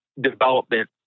development